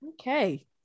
okay